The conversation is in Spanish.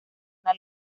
una